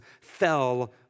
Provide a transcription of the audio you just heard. fell